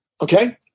Okay